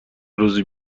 روزی